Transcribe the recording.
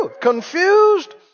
Confused